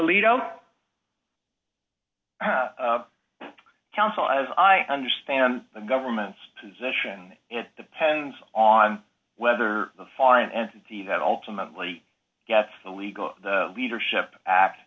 alito counsel as i understand the government's position it depends on whether the foreign entity that ultimately gets the legal leadership act